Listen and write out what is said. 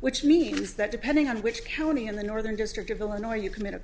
which means that depending on which county in the northern district of illinois you commit a